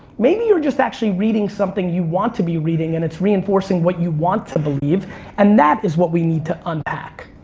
maybe you're just actually reading something you want to be reading and it's reinforcing what you want to believe and that is what we need to unpack.